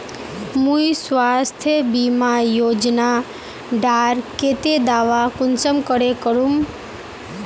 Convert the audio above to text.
मुई स्वास्थ्य बीमा योजना डार केते दावा कुंसम करे करूम?